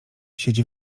siedzi